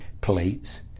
plates